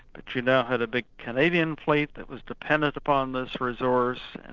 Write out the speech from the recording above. but you now have a big canadian fleet that was dependent upon this resource,